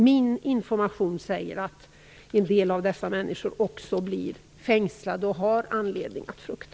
Min information säger att en del av dessa människor också blir fängslade och har anledning att frukta.